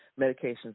medications